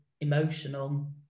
emotional